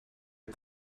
het